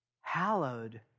hallowed